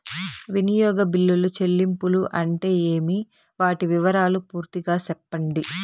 వినియోగ బిల్లుల చెల్లింపులు అంటే ఏమి? వాటి వివరాలు పూర్తిగా సెప్పండి?